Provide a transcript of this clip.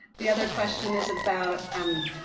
the other question is about, um